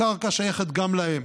הקרקע שייכת גם להם,